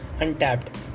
untapped